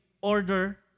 order